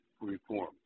reform